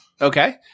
Okay